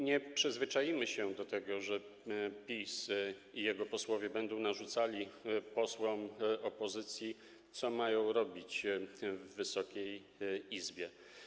Nie przyzwyczaimy się do tego, że PiS i jego posłowie będą narzucali posłom opozycji, co mają robić w Wysokiej Izbie.